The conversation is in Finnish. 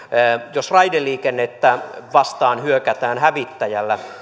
jos raideliikennettä vastaan hyökätään hävittäjällä